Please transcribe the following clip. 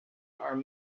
are